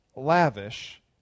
lavish